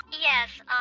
Yes